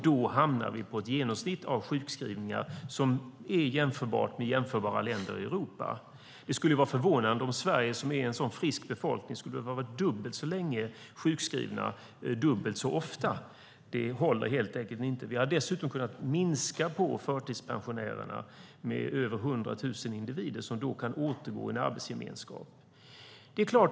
Då hamnar vi på ett genomsnitt av sjukskrivningar som motsvarar det i jämförbara länder i Europa. Det skulle vara förvånande om folk i Sverige, som har en så frisk befolkning, skulle vara dubbelt så länge sjukskrivna och dubbelt så ofta. Det håller helt enkelt inte. Dessutom har vi kunnat minska antalet förtidspensionärer med över 100 000 individer. De kan nu återgå i en arbetsgemenskap.